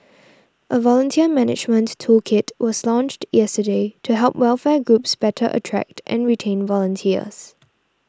a volunteer management toolkit was launched yesterday to help welfare groups better attract and retain volunteers